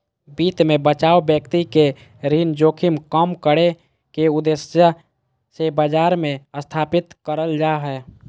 वित्त मे बचाव व्यक्ति के ऋण जोखिम कम करे के उद्देश्य से बाजार मे स्थापित करल जा हय